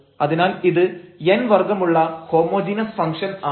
അതിനാൽ ഇത് n വർഗ്ഗമുള്ള ഹോമോജീനസ് ഫംഗ്ഷൻആണ്